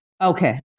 Okay